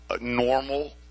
normal